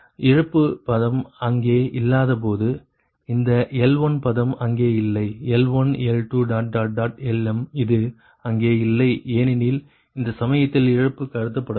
இழப்பு பதம் அங்கே இல்லாதபோது இந்த L1 பதம் அங்கே இல்லை L1L2Lm இது அங்கே இல்லை ஏனெனில் அந்த சமயத்தில் இழப்பு கருதப்படவில்லை